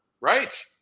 Right